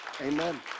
Amen